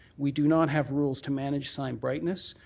we do not have rules to manage sign brightness,